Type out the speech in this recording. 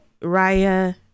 Raya